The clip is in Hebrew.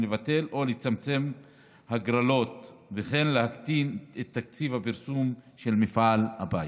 לבטל או לצמצם הגרלות וכן להקטין את תקציב הפרסום של מפעל הפיס.